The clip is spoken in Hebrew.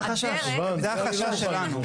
זה החשש שלנו.